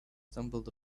stumbled